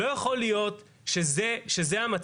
לא יכול להיות שזה המצב,